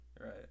right